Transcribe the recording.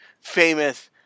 famous